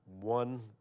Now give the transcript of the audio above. one